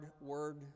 Word